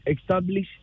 establish